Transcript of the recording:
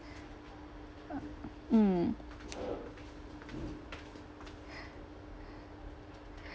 uh mm